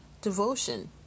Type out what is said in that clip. Devotion